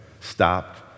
stopped